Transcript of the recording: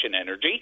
energy